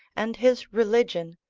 and his religion,